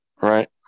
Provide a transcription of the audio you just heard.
right